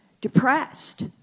depressed